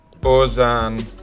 Bozan